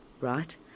right